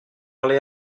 aller